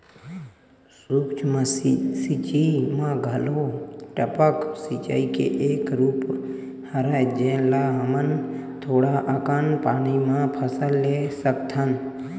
सूक्ष्म सिचई म घलोक टपक सिचई के एक रूप हरय जेन ले हमन थोड़ा अकन पानी म फसल ले सकथन